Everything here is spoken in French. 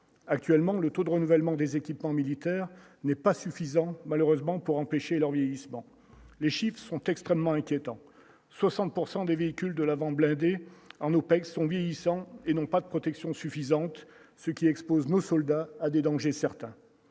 actuellement, le taux de renouvellement des équipements militaires n'est pas suffisant, malheureusement pour empêcher leur vieillissement, les chiffres sont extrêmement inquiétant 60 pourcent des véhicules de l'avant blindés en OPEX sont vieillissants et non pas de protection suffisante, ce qui expose nous soldats à des dangers certains,